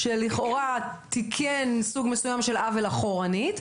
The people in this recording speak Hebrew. שלכאורה "תיקן" סוג מסוים של עוול אחורנית,